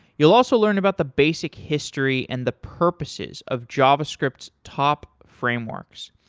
you'll also learn about the basic history and the purposes of javascript's top frameworks.